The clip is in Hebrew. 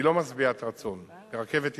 שהיא לא משביעת רצון ברכבת ישראל,